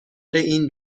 این